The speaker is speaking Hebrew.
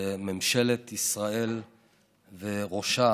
שממשלת ישראל וראשה